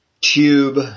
tube